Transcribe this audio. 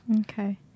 Okay